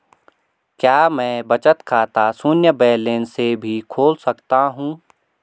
क्या मैं बचत खाता शून्य बैलेंस से भी खोल सकता हूँ?